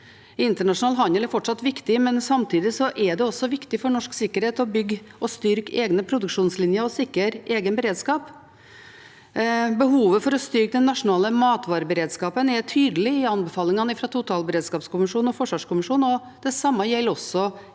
Internasjonal handel er fortsatt viktig, men samtidig er det viktig for norsk sikkerhet å bygge og styrke egne produksjonslinjer og sikre egen beredskap. Behovet for å styrke den nasjonale matvareberedskapen er tydelig i anbefalingene fra totalberedskapskommisjonen og forsvarskommisjonen, og det samme gjelder også